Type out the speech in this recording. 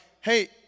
hey